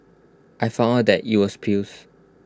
I found out that IT was piles